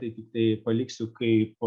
tai tiktai paliksiu kaip